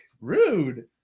Rude